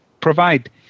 provide